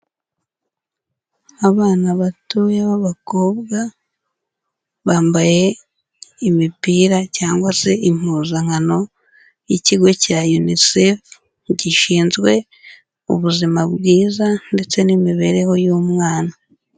Abana batoya b'abakobwa, bambaye imipira cyangwa se impuzankano y'ikigo cya Unicef, gishinzwe ubuzima bwiza ndetse n'imibereho y'umwana.